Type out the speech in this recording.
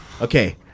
Okay